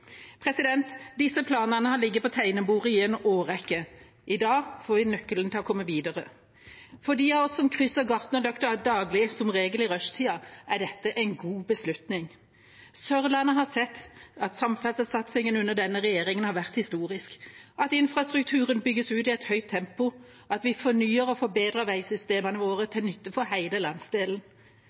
Disse planene har ligget på tegnebordet i en årrekke. I dag får vi nøkkelen til å komme videre. For de av oss som krysser Gartnerløkka daglig, som regel i rushtida, er dette en god beslutning. Sørlandet har sett at samferdselssatsingen under denne regjeringa har vært historisk, at infrastrukturen bygges ut i et høyt tempo, og at vi fornyer og forbedrer veisystemene våre til nytte for hele landsdelen.